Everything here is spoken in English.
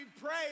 pray